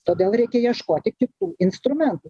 todėl reikia ieškoti kitų instrumentų